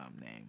Name